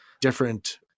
different